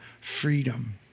freedom